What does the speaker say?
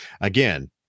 Again